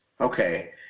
Okay